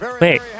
Wait